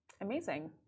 amazing